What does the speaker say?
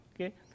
okay